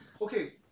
okay